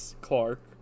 Clark